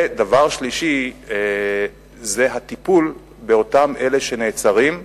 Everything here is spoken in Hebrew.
ודבר שלישי זה הטיפול באלה שנעצרים,